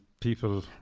people